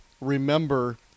remember